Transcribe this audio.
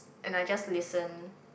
and I just listen